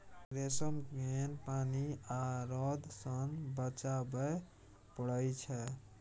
रेशम केँ पानि आ रौद सँ बचाबय पड़इ छै